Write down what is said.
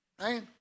right